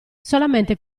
solamente